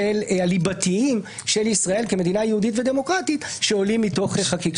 הליבתיים של ישראל כמדינה יהודית ודמוקרטית שעולים מתוך החקיקה.